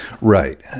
Right